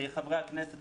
חברי הכנסת,